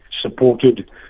supported